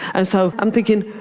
and so i'm thinking,